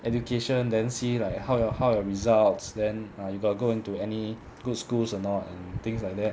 education then see like how your how your results then err you got go into any good schools or not and things like that